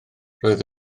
roedd